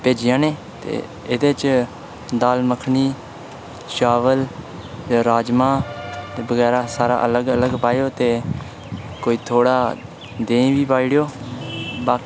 भेजियां न एह् ते एह्दे च दाल मक्खनी चौल ते राजमांह् ते बगैरा सारा अलग अलग पाएओ ते कोई थोह्ड़ा देहीं बी पाई ओड़ेओ बाकी ते